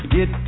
Get